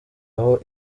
aho